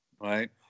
right